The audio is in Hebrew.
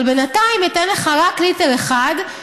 אבל בינתיים אתן לך רק ליטר אחד,